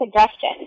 suggestion